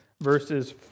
verses